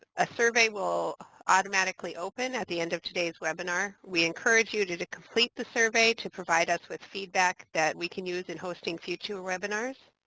a survey will automatically open at the end of today's webinar. we encourage you to to complete the survey, to provide us with feedback that we can use in hosting future webinars.